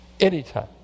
Anytime